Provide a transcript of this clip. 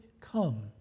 come